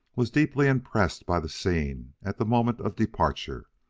was deeply impressed by the scene at the moment of departure.